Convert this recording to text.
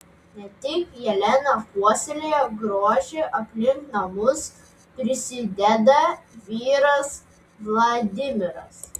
ne tik jelena puoselėja grožį aplink namus prisideda vyras vladimiras